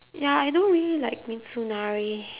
ya I don't really like mitsunari